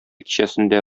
кичәсендә